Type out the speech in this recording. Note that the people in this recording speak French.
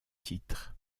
titres